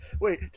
Wait